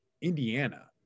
Indiana